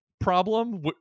problem